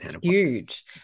Huge